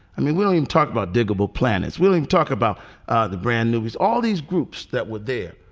i mean, william talked about digable planets willing to talk about the brand new ways, all these groups that would there